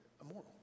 immoral